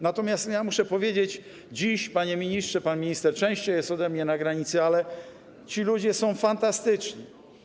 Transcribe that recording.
Natomiast muszę powiedzieć dziś, panie ministrze, pan minister częściej jest ode mnie na granicy, że ci ludzie są fantastyczni.